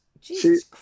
Jesus